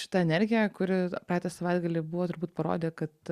šita energija kuri praeitą savaitgalį buvo turbūt parodė kad